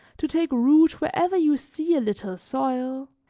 to take root wherever you see a little soil,